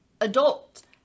adult